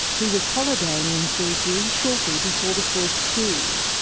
he was holidaying in fiji shortly before the first coup.